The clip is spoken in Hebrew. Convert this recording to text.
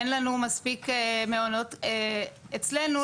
אין לנו מספיק מעונות אצלנו,